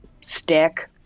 stick